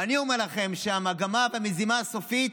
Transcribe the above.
ואני אומר לכם שהמגמה והמזימה הסופית,